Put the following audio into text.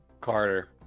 Carter